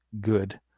good